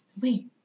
wait